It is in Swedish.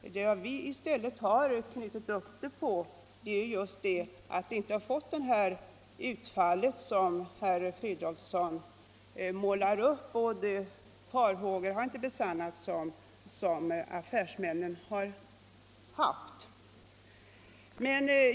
Vad vi har byggt vårt ställningstagande på är i stället att det inte har blivit ett sådant utfall av trafiksaneringsåtgärderna som affärsmännen hade befarat.